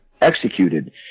executed